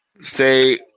say